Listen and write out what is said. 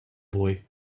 boy